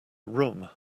room